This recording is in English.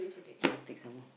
ah take some more